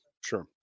Sure